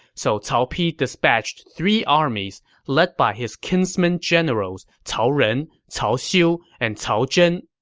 so cao pi dispatched three armies, led by his kinsman generals cao ren, cao xiu, and cao zhen.